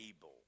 able